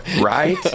Right